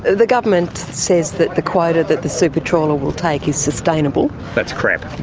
the government says that the quota that the super trawler will take is sustainable that's crap.